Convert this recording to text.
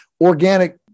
organic